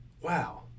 wow